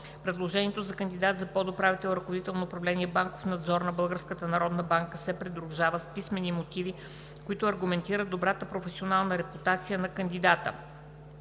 Предложението за кандидат за подуправител – ръководител на управление „Банков надзор“ на Българската народна банка, се придружава с писмени мотиви, които аргументират добрата професионална репутация на кандидата.